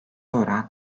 oran